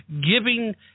giving –